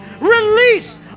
Release